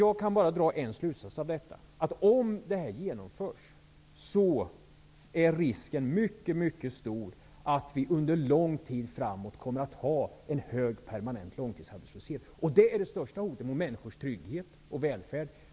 Jag kan bara dra en slutsats av detta, nämligen att om detta genomförs är risken mycket stor att vi under lång tid framåt kommer att ha en hög permanent långtidsarbetslöshet, och det är det största hotet mot människors trygghet och välfärd.